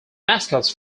mascots